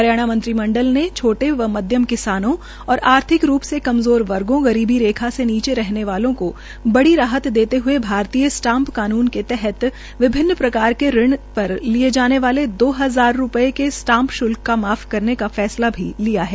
हरियाणा मंत्रिमंडल ने छोटे व मध्यम किसानों और आर्थिक रूप से कमजोर वर्गो गरीबी रेखा से नीचे रहने वालों की बड़ी राहत देते हये भारतीय स्टाम्प कानून के तहत विभिन्न प्रकार के ऋण पर लिये जाने वाले दो हजार रूपये के स्टाम्प शुल्क का माफ करने का फैसला भी लिया है